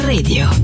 Radio